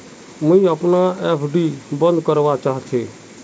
मुई अपना एफ.डी बंद करवा चहची